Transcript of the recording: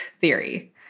theory